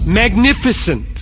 magnificent